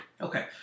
Okay